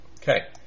Okay